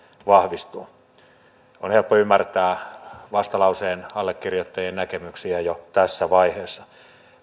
vahvistuu on helppo ymmärtää vastalauseen allekirjoittajien näkemyksiä jo tässä vaiheessa